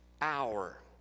hour